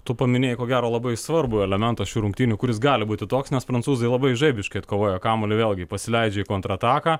tu paminėjai ko gero labai svarbų elementą šių rungtynių kuris gali būti toks nes prancūzai labai žaibiškai atkovoja kamuolį vėlgi pasileidžia į kontrataką